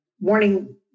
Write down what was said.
morning